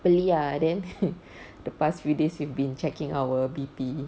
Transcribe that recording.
beli ah then the past few days we've been checking our B_P